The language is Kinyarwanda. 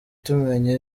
tumenya